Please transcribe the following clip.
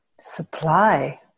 supply